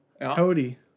Cody